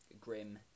grim